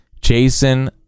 Jason